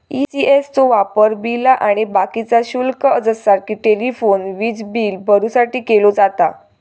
ECS चो वापर बिला आणि बाकीचा शुल्क जसा कि टेलिफोन, वीजबील भरुसाठी केलो जाता